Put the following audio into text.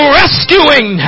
rescuing